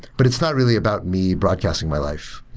but it's not really about me broadcasting my life,